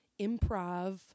improv